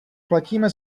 platíme